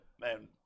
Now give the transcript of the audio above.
Man